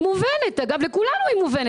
היא מובנת לכולנו.